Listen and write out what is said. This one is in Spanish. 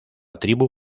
tribu